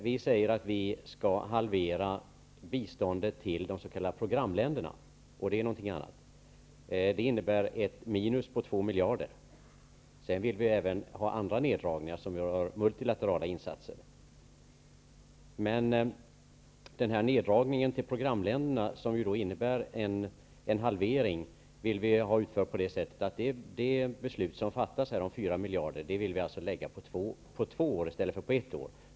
Vi säger att vi skall halvera biståndet till de s.k. programländerna, och det är någonting annat. Det innebär ett minus på 2 miljarder. Sedan vill vi även genomföra andra neddragningar som rör det multilaterala biståndet. En neddragning av biståndet till programländerna, som ju innebär en halvering, vill vi utföra så att de 4 miljarder som det kommer att fattas beslut om här skall läggas på två år i ställt för på ett år.